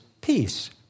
peace